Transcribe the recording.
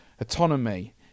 Autonomy